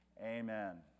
amen